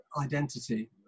identity